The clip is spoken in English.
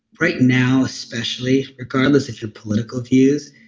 right now especially, regardless of your political views,